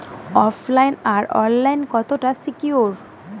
ওফ line আর online কতটা secure?